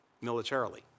militarily